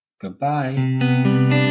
Goodbye